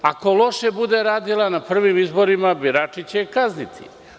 Ako loše bude radila na prvim izborima birači će je kazniti.